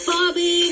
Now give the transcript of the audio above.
Bobby